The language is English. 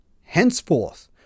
henceforth